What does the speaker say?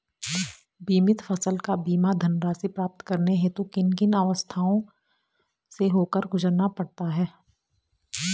बीमित फसल का बीमा धनराशि प्राप्त करने हेतु किन किन अवस्थाओं से होकर गुजरना पड़ता है?